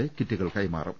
A കിറ്റുകൾ കൈമാറും